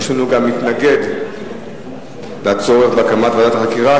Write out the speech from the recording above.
יש לנו גם מתנגד לצורך בהקמת ועדת חקירה,